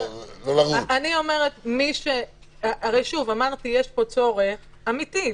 אמרתי שיש פה צורך אמיתי,